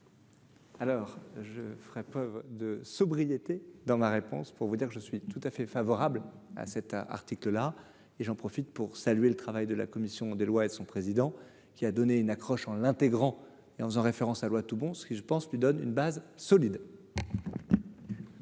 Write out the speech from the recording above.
Alors, je ferai preuve de sobriété dans ma réponse pour vous dire que je suis tout à fait favorable à cet article-là, et j'en profite pour saluer le travail de la commission des lois et de son président qui a donné une accroche en l'intégrant et en faisant référence à la loi Toubon ce qui je pense lui donne une base solide.